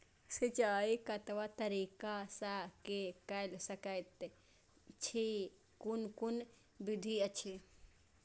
सिंचाई कतवा तरीका स के कैल सकैत छी कून कून विधि अछि?